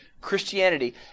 Christianity